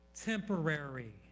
temporary